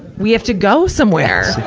we have to go somewhere.